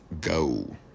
go